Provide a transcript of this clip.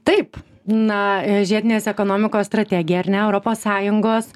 taip na žiedinės ekonomikos strategija ar ne europos sąjungos